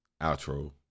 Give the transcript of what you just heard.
outro